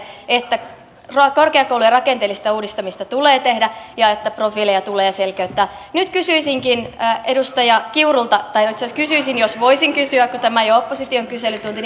että korkeakoulujen rakenteellista uudistamista tulee tehdä ja että profiileja tulee selkeyttää nyt kysyisinkin edustaja kiurulta tai itse asiassa kysyisin jos voisin kysyä kun tämä ei ole opposition kyselytunti